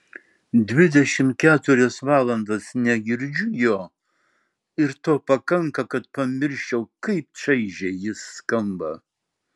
dvidešimt keturias valandas negirdžiu jo ir to pakanka kad pamirščiau kaip čaižiai jis skamba